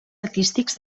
artístics